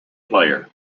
player